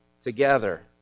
together